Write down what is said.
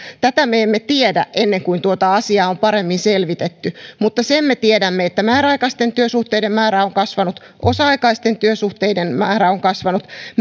tätä me emme tiedä ennen kuin tuota asiaa on paremmin selvitetty mutta sen me tiedämme että määräaikaisten työsuhteiden määrä on kasvanut osa aikaisten työsuhteiden määrä on kasvanut